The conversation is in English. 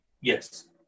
yes